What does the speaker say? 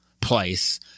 place